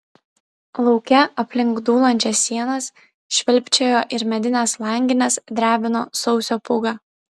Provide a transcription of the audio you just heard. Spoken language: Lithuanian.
lauke aplink dūlančias sienas švilpčiojo ir medines langines drebino sausio pūga